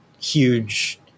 huge